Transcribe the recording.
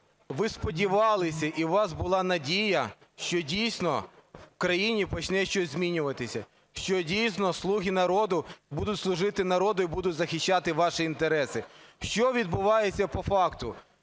ви сподівалися і у вас була надія, що дійсно в країні почне щось змінюватися, що дійсно "слуги народу" будуть служити народу і будуть захищати ваші інтереси. Що відбувається по факту?